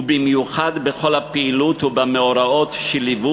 ובמיוחד בכל הפעילות ובמאורעות שליוו